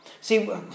See